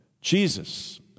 Jesus